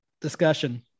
discussion